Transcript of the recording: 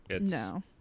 No